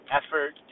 effort